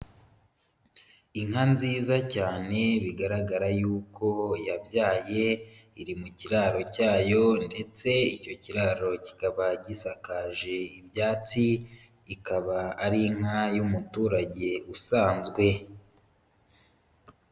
Inka nziza cyane bigaragara yuko yabyaye, iri mu kiraro cyayo ndetse icyo kiraro kikaba gisakaje ibyatsi, ikaba ari inka y'umuturage usanzwe.